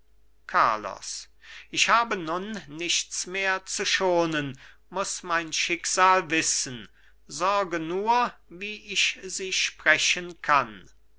carlos ich habe nun nichts mehr zu schonen ich muß mein schicksal wissen sorge nur wie ich sie sprechen kann